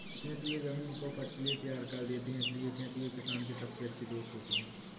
केंचुए जमीन को उपज के लिए तैयार कर देते हैं इसलिए केंचुए किसान के सबसे अच्छे दोस्त होते हैं